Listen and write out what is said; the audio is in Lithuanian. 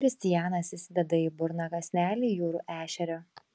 kristijanas įsideda į burną kąsnelį jūrų ešerio